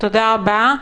תודה רבה.